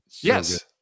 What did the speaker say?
Yes